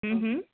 ہوں ہوں